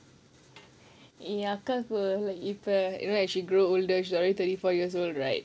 ya அக்காக்கு:akkakku like you இப்ப:ippa you know as you grow older which you already thirty four years old right